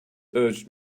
urged